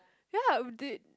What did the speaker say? ya would they